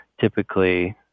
typically